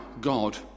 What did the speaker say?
God